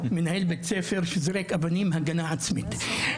מנהל בית ספר שזורק אבנים הגנה עצמית.